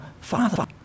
Father